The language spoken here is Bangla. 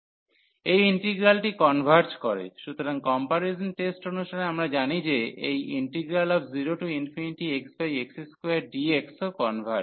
এই ইন্টিগ্রালটি কনভার্জ করে সুতরাং কম্পারিজন টেস্ট অনুসারে আমরা জানি যে এই 0x x2dx ও কনভার্জ